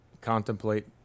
contemplate